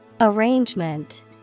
Arrangement